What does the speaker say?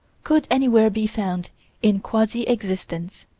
could anywhere be found in quasi-existence.